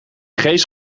geest